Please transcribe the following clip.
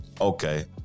Okay